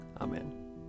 Amen